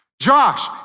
Josh